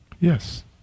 Yes